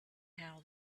how